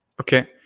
Okay